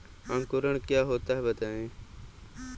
अंकुरण क्या होता है बताएँ?